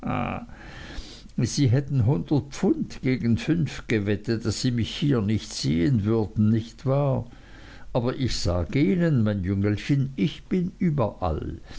sie hätten hundert pfund gegen fünf gewettet daß sie mich hier nicht sehen würden nicht wahr aber ich sage ihnen mein jüngelchen ich bin überall